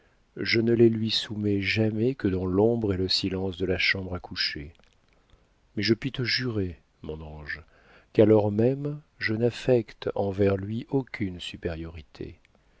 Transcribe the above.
je ne les lui soumets jamais que dans l'ombre et le silence de la chambre à coucher mais je puis te jurer mon ange qu'alors même je n'affecte envers lui aucune supériorité